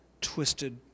twisted